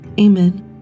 Amen